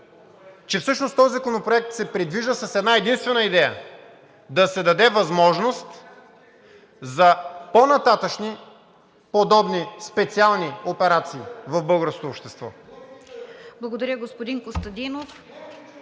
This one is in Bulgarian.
Че всъщност този законопроект се предвижда с една-единствена идея: да се даде възможност за по-нататъшни подобни специални операции в българското общество. ПРЕДСЕДАТЕЛ РОСИЦА КИРОВА: Благодаря, господин Костадинов.